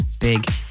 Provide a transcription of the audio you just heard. big